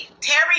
Terry